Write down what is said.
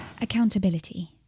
Accountability